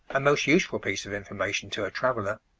a most useful piece of information to a traveller.